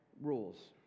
rules